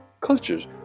cultures